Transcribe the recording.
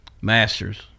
masters